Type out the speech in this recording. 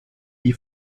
die